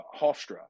hofstra